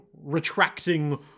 retracting